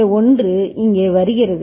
இந்த 1 இங்கே வருகிறது